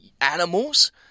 animals